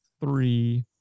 three